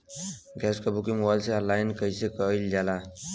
Gas क booking mobile से online कईसे कईल जाला?